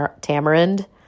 Tamarind